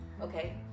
Okay